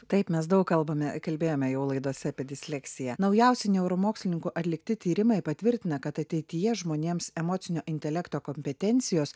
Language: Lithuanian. taip mes daug kalbame kalbėjome jau laidose apie disleksiją naujausi neuromokslininkų atlikti tyrimai patvirtina kad ateityje žmonėms emocinio intelekto kompetencijos